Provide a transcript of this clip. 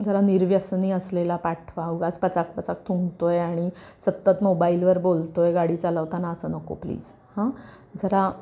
जरा निर्व्यसनी असलेला पाठवा उगाच पचाक पचाक थुंकतो आहे आणि सतत मोबाईलवर बोलतो आहे गाडी चालवताना असं नको प्लीज हं जरा